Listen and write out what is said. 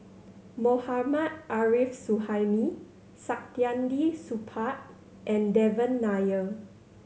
Mohammad Arif Suhaimi Saktiandi Supaat and Devan Nair